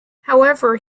however